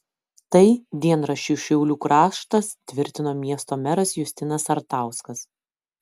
tai dienraščiui šiaulių kraštas tvirtino miesto meras justinas sartauskas